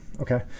okay